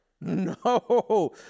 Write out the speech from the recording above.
No